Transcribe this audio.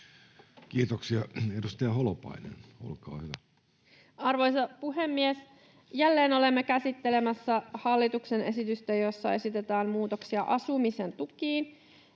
lakien muuttamisesta Time: 19:30 Content: Arvoisa puhemies! Jälleen olemme käsittelemässä hallituksen esitystä, jossa esitetään muutoksia asumisen tukiin.